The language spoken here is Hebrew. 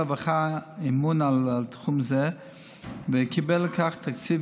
משרד הרווחה אמון על תחום זה וקיבל לכך תקציב